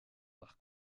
par